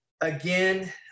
again